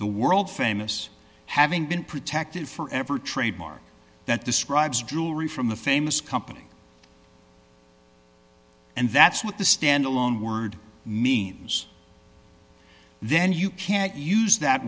the world famous having been protected forever trademark that describes jewelry from the famous company and that's what the standalone word means then you can't use that